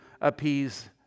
appease